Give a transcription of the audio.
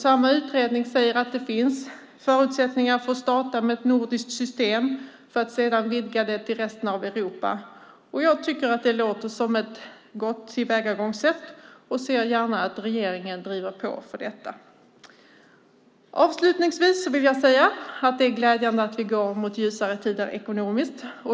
Samma utredning säger att det finns förutsättningar för att starta med ett nordiskt system för att sedan vidga det till resten av Europa. Jag tycker att det låter som ett gott tillvägagångssätt och ser gärna att regeringen driver på för detta. Det är glädjande att vi går mot ljusare tider ekonomiskt.